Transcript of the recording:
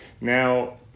Now